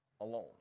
alone